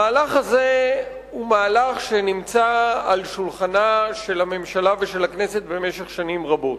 המהלך הזה נמצא על שולחן הממשלה והכנסת שנים רבות.